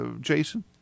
Jason